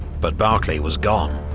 but barclay was gone.